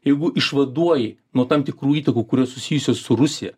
jeigu išvaduoji nuo tam tikrų įtakų kurios susijusios su rusija